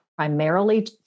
primarily